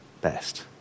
best